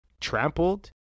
trampled